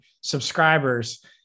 subscribers